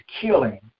killing